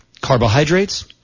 carbohydrates